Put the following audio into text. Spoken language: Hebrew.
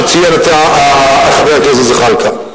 שציין אותה חבר הכנסת זחאלקה.